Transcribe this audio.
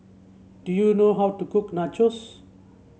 do you know how to cook Nachos